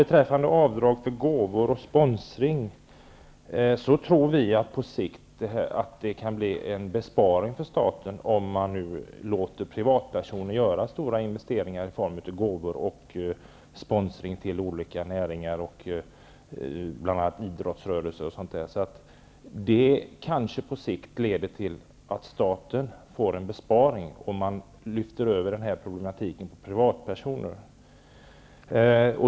Beträffande avdrag för gåvor och sponsring tror vi att det på sikt kan leda till en besparing för staten, om man låter privatpersoner göra stora investeringar i form av gåvor och sponsring till olika näringar, till idrottsrörelse osv. Det kan på sikt leda till att staten får en besparing genom att man lyfter över problematiken till privatpersoner.